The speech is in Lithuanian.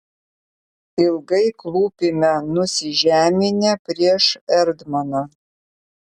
ilgai klūpime nusižeminę prieš erdmaną